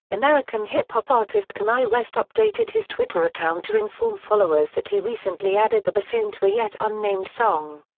american hip-hop artist kanye west updated his twitter account to inform followers that he recently added the bassoon to a yet unnamed song.